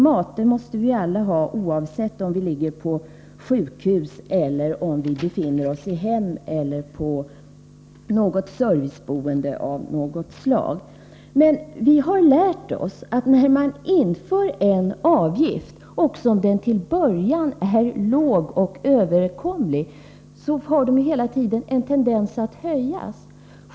Mat måste vi ju alla ha, oavsett om vi ligger på sjukhus eller om vi befinner oss i hem eller serviceboende av något slag. Men vi har lärt oss, att när man inför en avgift — även om den till en början är låg och överkomlig — har den hela tiden en tendens att stiga i höjden.